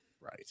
Right